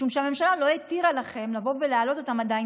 משום שהממשלה לא התירה לכם לבוא ולהעלות אותן עדיין